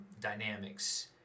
dynamics